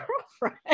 girlfriend